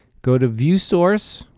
go to view source,